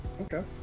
okay